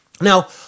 Now